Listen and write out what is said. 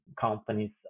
companies